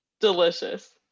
delicious